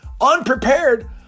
unprepared